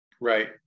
Right